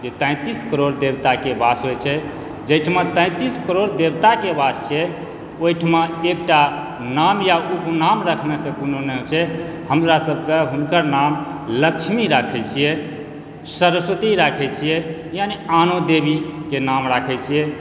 जे तैंतीस करोड़ देवताके वास होइ छै जाहिठमा तैंतीस करोड़ देवताके वास छै ओहिठमा एकटा नाम या उपनाम रखने से कोनो नहि होइ छै हमरा सबके हुनकर नाम लक्ष्मी राखै छियै सरस्वती राखै छियै यानि आनो देवीके नाम राखै छियै